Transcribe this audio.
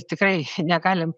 tikrai negalim